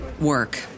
Work